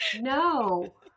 no